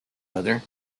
other